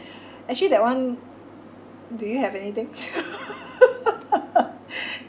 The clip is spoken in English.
actually that one do you have anything